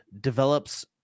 develops